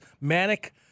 manic